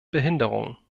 behinderungen